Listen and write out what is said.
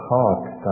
heart